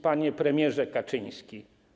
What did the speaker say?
Panie Premierze Kaczyński!